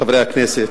חברי הכנסת,